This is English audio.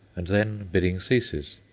and then bidding ceases.